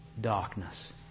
darkness